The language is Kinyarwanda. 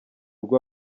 urwo